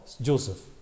Joseph